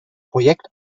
projekt